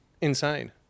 Insane